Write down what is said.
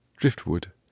Driftwood